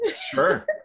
sure